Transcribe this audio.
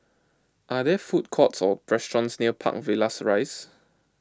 are there food courts or restaurants near Park Villas Rise